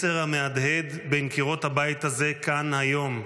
מסר המהדהד בין קירות הבית הזה כאן היום: